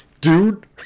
dude